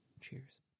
cheers